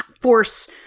force